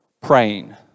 praying